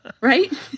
right